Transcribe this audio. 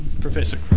Professor